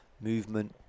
movement